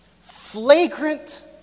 flagrant